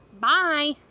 Bye